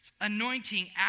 anointing